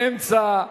באמצע,